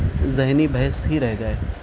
ذہنی بحث ہی رہ جائے